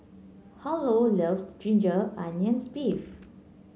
Harlow loves Ginger Onions beef